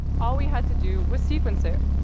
all we had to do was sequence it.